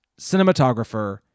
cinematographer